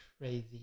crazy